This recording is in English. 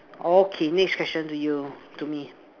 okay next question to you to me